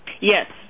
Yes